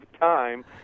time